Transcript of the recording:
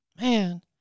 man